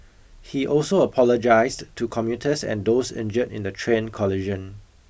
he also apologised to commuters and those injured in the train collision